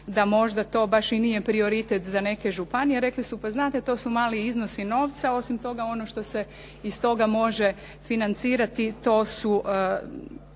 da možda to baš i nije prioritet za neke županije. Rekli su, pa znate to su mali iznosi novca, osim toga ono što se iz toga može financirati to su